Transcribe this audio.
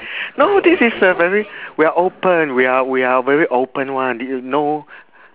no this is a very we're open we're we're very open one th~ no